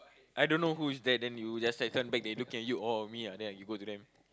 I don't know who is that and you just like turn back they look at you orh me ah ya you go to them